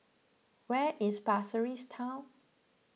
where is Pasir Ris Town